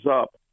up